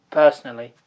personally